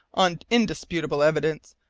on indisputable evidence,